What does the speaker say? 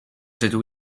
dydw